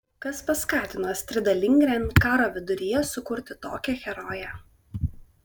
kas paskatino astridą lindgren karo viduryje sukurti tokią heroję